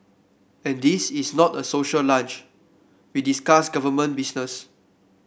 and this is not a social lunch we discuss government business